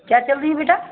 क्या चल रही है बेटा